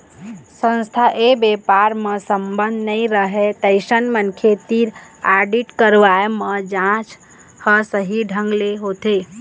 संस्था य बेपार म संबंध नइ रहय तइसन मनखे तीर आडिट करवाए म जांच ह सही ढंग ले होथे